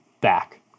back